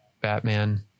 Batman